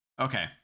Okay